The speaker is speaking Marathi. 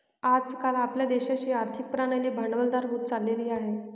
आज काल आपल्या देशाची आर्थिक प्रणाली भांडवलदार होत चालली आहे